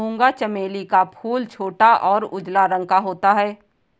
मूंगा चमेली का फूल छोटा और उजला रंग का होता है